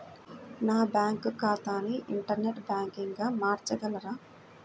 నా బ్యాంక్ ఖాతాని ఇంటర్నెట్ బ్యాంకింగ్గా మార్చగలరా?